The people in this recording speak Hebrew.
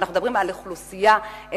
ואנחנו מדברים על אוכלוסייה אזרחית,